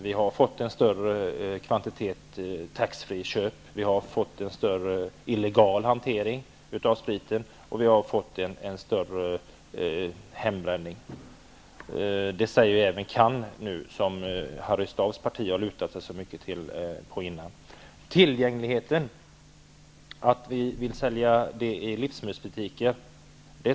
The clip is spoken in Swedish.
Vi har fått större kvantitet tax free-köp, större illegal hantering av sprit och större hembränning. I fråga om tillgängligheten tror jag att det är rätt väg på sikt att alkohol skall få säljas i livsmedelsbutiker.